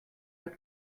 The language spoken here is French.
des